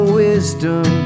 wisdom